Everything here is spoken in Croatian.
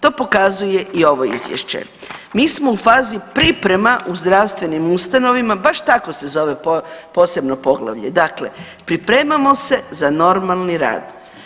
To pokazuje i ovo izvješće, mi smo u fazi priprema u zdravstvenim ustanovama, baš tako se zove posebno poglavlje, dakle pripremamo se za normalni rad.